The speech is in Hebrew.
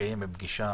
תתקיים פגישה